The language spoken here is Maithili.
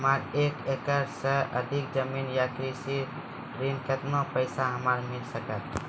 हमरा एक एकरऽ सऽ अधिक जमीन या कृषि ऋण केतना पैसा हमरा मिल सकत?